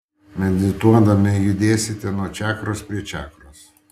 medituodami judėsite nuo čakros prie čakros